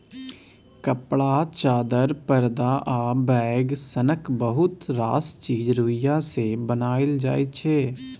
कपड़ा, चादर, परदा आ बैग सनक बहुत रास चीज रुइया सँ बनाएल जाइ छै